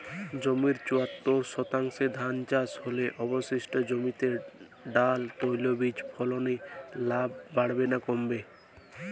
জমির চুয়াত্তর শতাংশে ধান চাষ হলে অবশিষ্ট জমিতে ডাল তৈল বীজ ফলনে লাভ বাড়বে না কমবে?